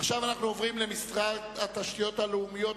אנחנו עוברים למשרד התשתיות הלאומיות,